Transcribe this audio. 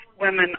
women